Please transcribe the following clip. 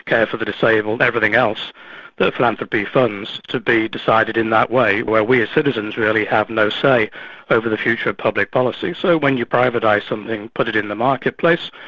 care for the disabled, everything else that philanthropy funds, to be decided in that way, where we as citizens really have no say over the future of public policy. so when you privatise something and put it it in the marketplace,